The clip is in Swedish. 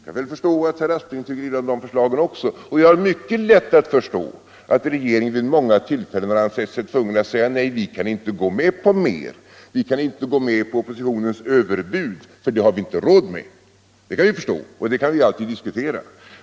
Jag kan förstå att herr Aspling tyckte illa om det förslaget också, och jag har mycket lätt att förstå att regeringen vid många tillfällen ansett sig tvungen att säga: Nej, vi kan inte gå med på mer, vi kan inte gå med på oppositionens överbud, det har vi inte råd med. Det kan jag förstå, och det kan vi alltid diskutera.